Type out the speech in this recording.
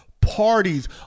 parties